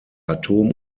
atom